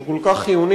שהוא כל כך חיוני,